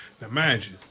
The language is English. Imagine